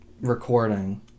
recording